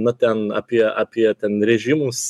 na ten apie apie ten režimus